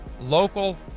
local